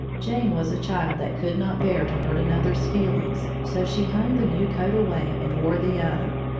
jane was a child that could not bear to hurt another's feelings, so she hung the new coat away and wore the other.